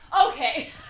Okay